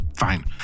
Fine